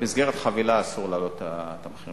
במסגרת חבילה אסור להעלות את המחיר.